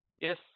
yes